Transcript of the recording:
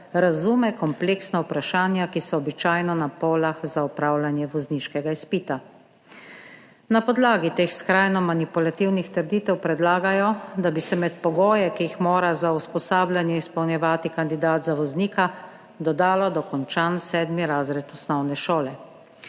razume kompleksna vprašanja, ki so običajno na polah za opravljanje vozniškega izpita – na podlagi teh skrajno manipulativnih trditev predlagajo, da bi se med pogoje, ki jih mora za usposabljanje izpolnjevati kandidat za voznika, dodalo dokončan sedmi razred osnovne šole.